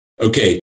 okay